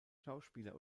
schauspieler